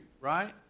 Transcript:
right